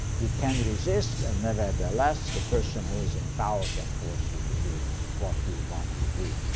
you can resist, and nevertheless the person who is in power can force you to do what you want to do.